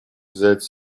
взять